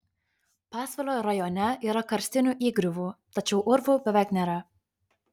pasvalio rajone yra karstinių įgriuvų tačiau urvų beveik nėra